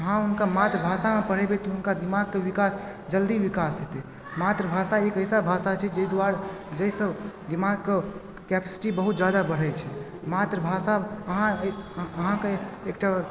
अहाँ हुनका मातृभाषामे पढ़ेबय तऽ हुनका दिमागके विकास जल्दी विकास हेतय मातृ भाषा एक ऐसा भाषा छै जै दुआरे जैसँ दिमागके कैपेसिटी बहुत जादा बढ़य छै मातृभाषा अहाँ अहाँके एक टा